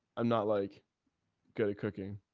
i'm not like good at cooking.